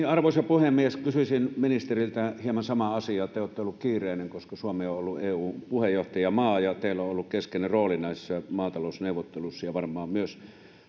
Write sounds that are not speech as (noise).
(unintelligible) arvoisa puhemies kysyisin ministeriltä hieman samaa asiaa te olette ollut kiireinen koska suomi on ollut eu puheenjohtajamaa ja teillä on on ollut keskeinen rooli näissä maatalousneuvotteluissa ja varmaan myös